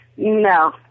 No